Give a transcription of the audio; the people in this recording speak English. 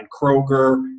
Kroger